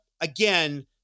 again